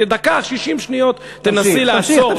דקה, 60 שניות תנסי לעצור.